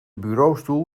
bureaustoel